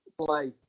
play